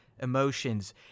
emotions